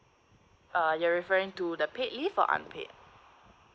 uh you're referring to the paid leave or unpaid